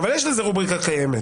אבל יש לזה רובריקה קיימת.